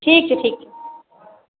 ठीक छै ठीक छै